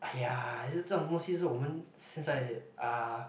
!aiya! 还是这种东西我们现在 uh